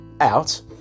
out